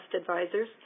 advisors